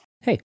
Hey